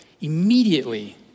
immediately